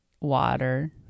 water